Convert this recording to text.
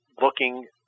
looking